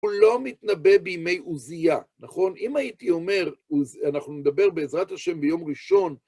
הוא לא מתנבא בימי עוזייה, נכון? אם הייתי אומר, אנחנו נדבר בעזרת ה' ביום ראשון,